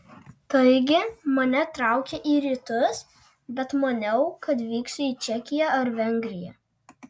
taigi mane traukė į rytus bet maniau kad vyksiu į čekiją ar vengriją